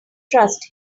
trust